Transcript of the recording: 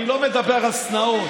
אני לא מדבר על שנאות,